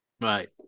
Right